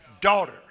Daughter